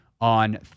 on